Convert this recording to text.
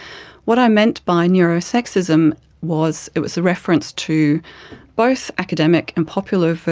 what i meant by neuro-sexism was it was a reference to both academic and popular